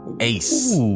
ace